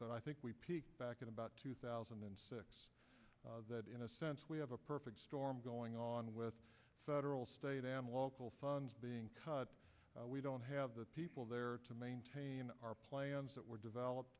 but i think we peaked back in about two thousand and six that in a sense we have a perfect storm going on with federal state and local funds being cut we don't have the people there to maintain our plans that were developed